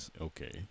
Okay